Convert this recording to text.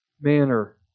manner